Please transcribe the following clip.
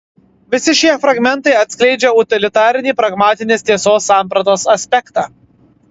visi šie fragmentai atskleidžia utilitarinį pragmatinės tiesos sampratos aspektą